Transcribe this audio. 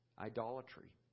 idolatry